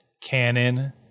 canon